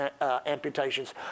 amputations